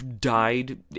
died